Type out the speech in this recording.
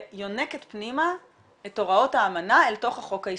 שיונקת פנימה את הוראות האמנה אל תוך החוק הישראלי.